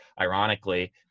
ironically